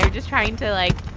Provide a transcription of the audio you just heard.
just trying to, like,